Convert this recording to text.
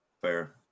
fair